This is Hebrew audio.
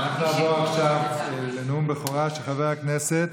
אנחנו נעבור עכשיו לנאום בכורה של חבר הכנסת